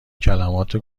کلمات